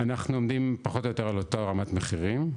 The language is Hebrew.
אנחנו עומדים פחות או יותר על אותה רמת מחירים.